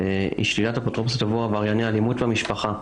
הדיון היא שלילת אפוטרופסות עבור עברייני אלימות במשפחה.